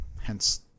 hence